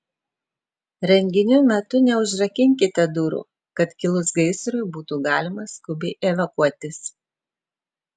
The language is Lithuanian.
renginių metu neužrakinkite durų kad kilus gaisrui būtų galima skubiai evakuotis